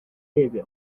列表